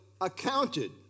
accounted